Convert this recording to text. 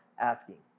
asking